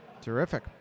Terrific